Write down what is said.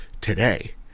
today